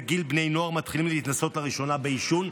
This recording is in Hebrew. גיל בני נוער מתחילים להתנסות לראשונה בעישון?